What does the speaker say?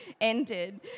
ended